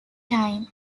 time